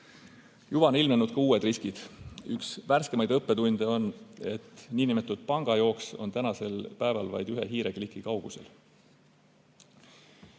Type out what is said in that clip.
Juba on ilmnenud ka uued riskid. Üks värskemaid õppetunde on, et niinimetatud pangajooks on tänasel päeval vaid ühe hiirekliki kaugusel. Keskpanga